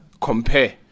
compare